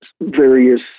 various